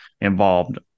involved